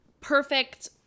perfect